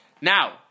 Now